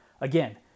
Again